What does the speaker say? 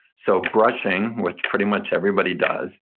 so brushing, which pretty much everybody does,